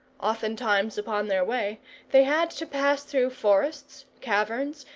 oftentimes upon their way they had to pass through forests, caverns,